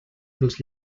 dels